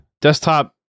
desktop